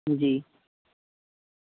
जी